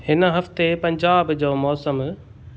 हिन हफ़्ते पंजाब जो मौसमु